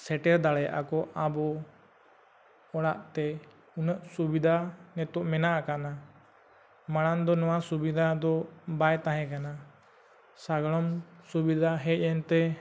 ᱥᱮᱴᱮᱨ ᱫᱟᱲᱮᱭᱟᱜ ᱠᱚ ᱟᱵᱚ ᱚᱲᱟᱜ ᱛᱮ ᱩᱱᱟᱹᱜ ᱥᱩᱵᱤᱫᱟ ᱱᱤᱴᱚᱜ ᱢᱮᱱᱟᱜ ᱟᱠᱟᱫᱟ ᱢᱟᱲᱟᱝ ᱫᱚ ᱱᱚᱣᱟ ᱥᱩᱵᱤᱫᱟ ᱫᱚ ᱵᱟᱭ ᱛᱟᱦᱮᱸ ᱠᱟᱱᱟ ᱥᱟᱸᱜᱟᱲᱚᱢ ᱥᱩᱵᱤᱫᱟ ᱦᱮᱡ ᱮᱱᱛᱮ